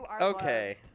Okay